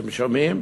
אתם שומעים?